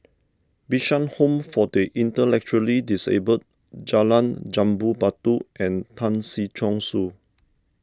Bishan Home for the Intellectually Disabled Jalan Jambu Batu and Tan Si Chong Su